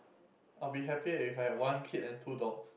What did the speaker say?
I'll be happy if I have one kid and two dogs